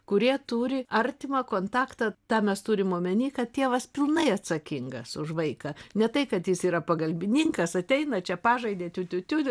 kurie turi artimą kontaktą tą mes turim omeny kad tėvas pilnai atsakingas už vaiką ne tai kad jis yra pagalbininkas ateina čia pažaidė tiu tiu tiu